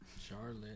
Charlotte